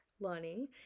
learning